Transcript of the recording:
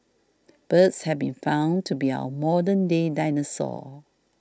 birds have been found to be our modern day dinosaurs